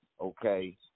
Okay